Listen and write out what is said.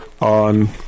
on